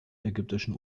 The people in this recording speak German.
ägyptischen